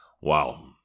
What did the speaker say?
Wow